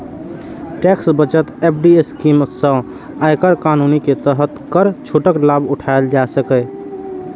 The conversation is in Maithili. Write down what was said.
टैक्स बचत एफ.डी स्कीम सं आयकर कानून के तहत कर छूटक लाभ उठाएल जा सकैए